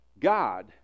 God